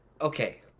Okay